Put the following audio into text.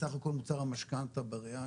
סך הכל מוצר המשכנתא בראיה